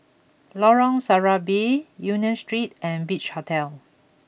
Lorong Serambi Union Street and Beach Hotel